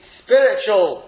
spiritual